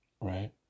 Right